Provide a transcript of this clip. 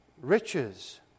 riches